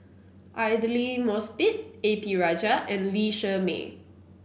Aidli Mosbit A P Rajah and Lee Shermay